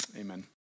amen